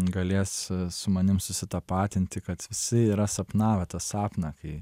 galės su manim susitapatinti kad visi yra sapnavę tą sapną kai